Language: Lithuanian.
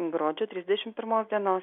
gruodžio trisdešim pirmos dienos